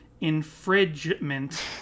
infringement